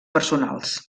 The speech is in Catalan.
personals